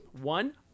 One